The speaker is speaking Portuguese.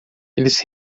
eles